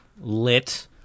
lit